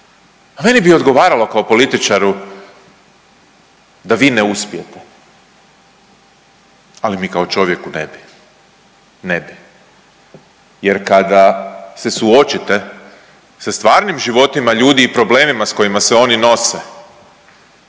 meni bi odgovaralo kao političaru da vi ne uspijete, ali mi kao čovjeku ne bi. Ne bi, jer kada se suočite sa stvarnim životima ljudi i problemima s kojima se oni nose